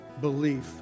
belief